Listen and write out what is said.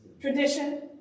tradition